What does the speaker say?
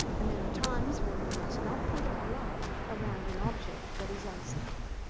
and there are times when we must not put our love around an object that is unsafe,